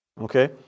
okay